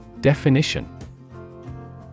Definition